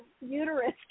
uterus